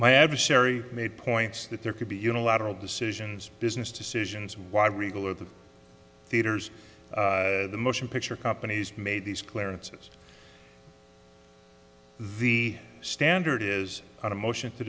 my adversary made points that there could be unilateral decisions business decisions why regal at the theaters the motion picture companies made these clearances the standard is on a motion to